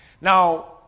Now